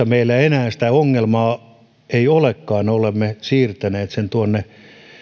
meillä satakuntalaisilla enää sitä ongelmaa ei olekaan vaan olemme siirtäneet sen tuonne